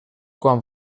quan